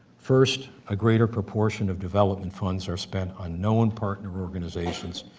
first, a greater proportion of development funds are spent on known partner organizations,